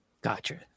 Gotcha